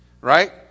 Right